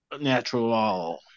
natural